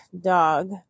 dog